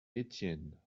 etienne